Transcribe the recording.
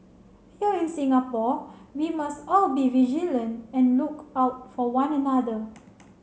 here in Singapore we must all be vigilant and look out for one another